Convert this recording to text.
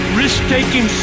risk-taking